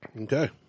Okay